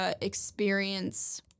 experience